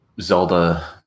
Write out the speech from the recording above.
Zelda